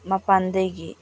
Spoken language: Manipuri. ꯃꯄꯥꯟꯗꯒꯤ